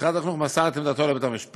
משרד החינוך מסר את עמדתו לבית-המשפט,